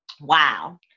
Wow